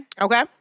Okay